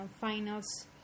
finals